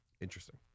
interesting